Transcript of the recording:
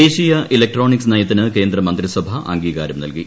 ദേശീയ ഇക്ട്രോണിക്സ് നയത്തിന് കേന്ദ്രമന്ത്രിസഭ അംഗീകാരം നൽകി